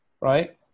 right